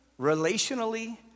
relationally